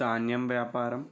ధాన్యం వ్యాపారం